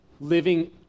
living